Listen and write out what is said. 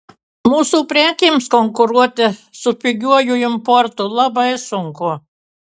mūsų prekėms konkuruoti su pigiuoju importu labai sunku